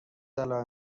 علاقه